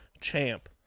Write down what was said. champ